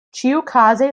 ĉiukaze